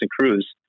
Cruz